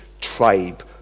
tribe